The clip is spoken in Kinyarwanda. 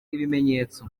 ibimenyetso